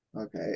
Okay